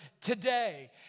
Today